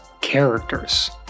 Characters